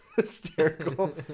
hysterical